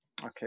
Okay